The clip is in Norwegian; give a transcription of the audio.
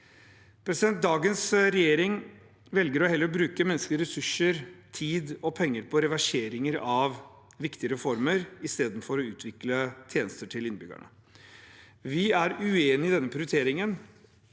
Dagens regjering velger å bruke menneskelige ressurser, tid og penger på reverseringer av viktige reformer i stedet for å utvikle tjenester til innbyggerne. Vi er uenige i denne prioriteringen.